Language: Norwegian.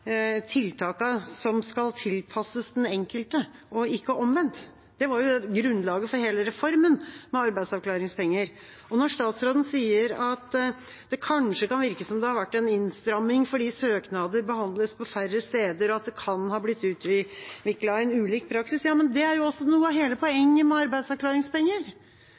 som skal tilpasses den enkelte, ikke omvendt. Det var jo grunnlaget for hele reformen med arbeidsavklaringspenger. Statsråden sier at det kanskje kan virke som det har vært en innstramming fordi søknader behandles på færre steder, og at det kan ha blitt utviklet en ulik praksis. Ja, men det er jo noe av hele poenget med arbeidsavklaringspenger